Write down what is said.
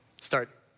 Start